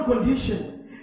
condition